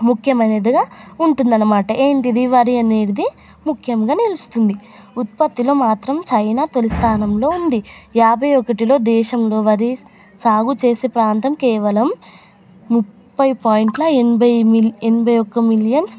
ముఖ్యమైనదిగా ఉంటుంది అన్నమాట ఏది వరి అనేది ముఖ్యంగా నిలుస్తుంది ఉత్పత్తిలో మాత్రం చైనా తొలి స్థానంలో ఉంది యాభై ఒకటిలో దేశంలో వరి సాగు చేసే ప్రాంతం కేవలం ముప్పై పాయింట్ల ఎనభై ఎనిమిది ఎనభై ఒక్క మిలియన్స్